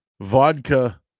Vodka